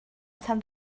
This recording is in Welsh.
tan